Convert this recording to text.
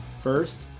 First